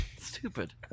Stupid